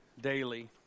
daily